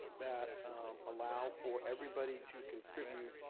that allow for everybody to contribute